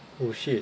oh shit